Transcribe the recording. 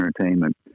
entertainment